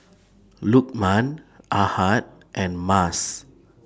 Lukman Ahad and Mas